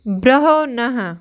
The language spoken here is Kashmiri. برٛہو نہَ ہا